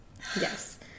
Yes